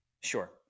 Sure